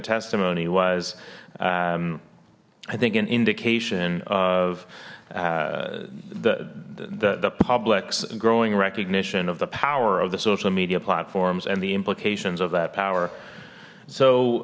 testimony was i think an indication of the the public's growing recognition of the power of the social media platforms and the implications of that power so